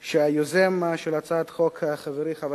היוזמים של הצעת החוק הם חברי חבר